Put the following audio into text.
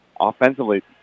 offensively